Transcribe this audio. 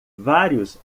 vários